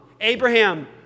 Abraham